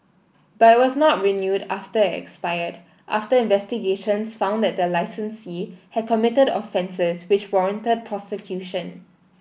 but it was not renewed after it expired after investigations found that the licensee had committed offences which warranted prosecution